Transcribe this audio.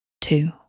two